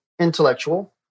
intellectual